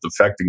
defecting